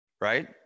right